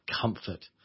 comfort